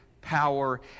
power